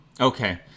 Okay